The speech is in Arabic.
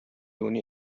دون